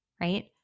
right